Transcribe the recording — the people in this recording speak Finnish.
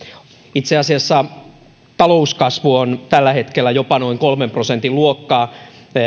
itse asiassa talouskasvu on tällä hetkellä jopa noin kolmen prosentin luokkaa